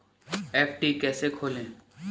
FD कैसे खोलें?